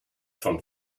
von